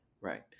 right